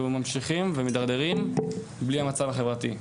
ממשיכים ומתדרדרים בלי המצב החברתי,